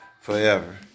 forever